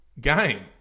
game